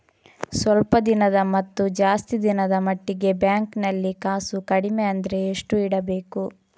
ಸ್ವಲ್ಪ ದಿನದ ಮತ್ತು ಜಾಸ್ತಿ ದಿನದ ಮಟ್ಟಿಗೆ ಬ್ಯಾಂಕ್ ನಲ್ಲಿ ಕಾಸು ಕಡಿಮೆ ಅಂದ್ರೆ ಎಷ್ಟು ಇಡಬೇಕು?